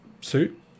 suit